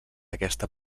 aquesta